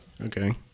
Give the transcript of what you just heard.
Okay